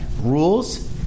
rules